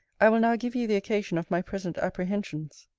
i will now give you the occasion of my present apprehensions.